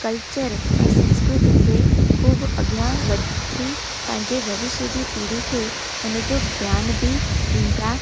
culture ऐं संस्कृति खे ख़ूबु अॻियां वठी पंहिंजे भविष्य जी पीढ़ी खे हुनजो ज्ञान बि ॾींदा